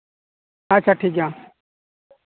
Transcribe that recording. ᱟᱪᱪᱷᱟ ᱴᱷᱤᱠ ᱜᱮᱭᱟ ᱢᱟ